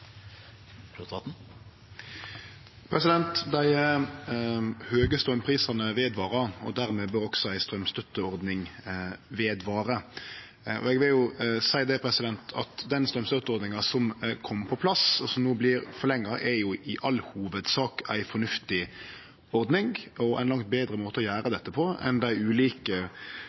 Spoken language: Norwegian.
Dei høge straumprisane varar ved, og dermed bør også ei straumstøtteordning vare ved. Eg vil seie det at den straumstøtteordninga som kom på plass, og som no vert forlenga, er i all hovudsak ei fornuftig ordning og ein langt betre måte å gjere dette på enn dei ulike